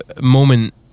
moment